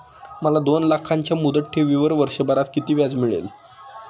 मला दोन लाखांच्या मुदत ठेवीवर वर्षभरात किती व्याज मिळेल?